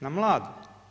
Na mlade.